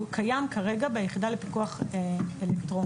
שהוא קיים כרגע ביחידה לפיקוח אלקטרוני.